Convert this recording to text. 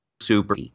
super –